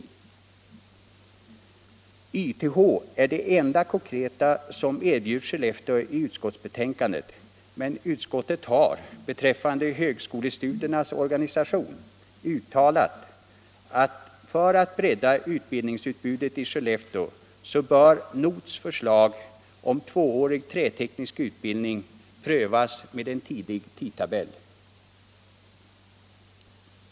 YTH är det enda konkreta som erbjuds Skellefteå i utskottsbetänkandet, men utskottet har, beträffande högskolestudiernas organisation, uttalat att för att bredda utbildningsutbudet i Skellefteå så bör NoTH:s förslag om tvåårig träteknisk utbildning prövas med en tidig tidtabell.